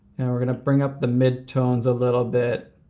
we're gonna bring up the mid-tones a little bit.